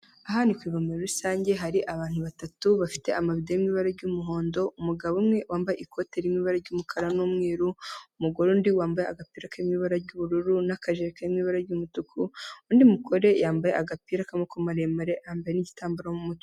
Aha ni ku ivomero rusange, hari abantu batatu bafite amabido ari mu ibara ry'umuhondo, umugabo umwe wambaye ikoti riri mu ibara ry'umukara n'umweru, umugore undi wambaye agapira kari mu ibara ry'ubururu n'akajiri kari mu ibara ry'umutuku, undi mugore yambaye agapira k'amaboko maremare, yambaye n'igitambaro mu mutwe.